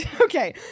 okay